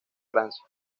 francia